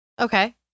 okay